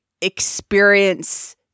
experience